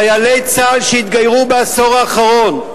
חיילי צה"ל שהתגיירו בעשור האחרון,